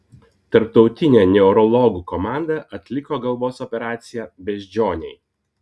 tarptautinė neurologų komanda atliko galvos operaciją beždžionei